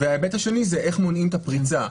וההיבט השני זה איך מונעים את הפריצה.